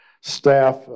staff